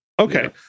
Okay